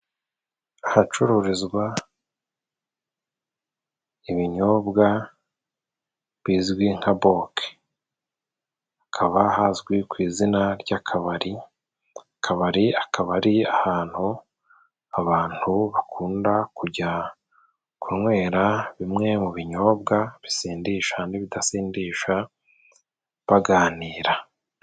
Ahacururizwa ibinyobwa bizwi nka boke. Hakaba hazwi ku izina ry'akabari. Akabari akaba ari ahantu abantu bakunda kujya kunywera bimwe mu binyobwa bisindisha n'ibidasindisha baganira.